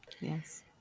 Yes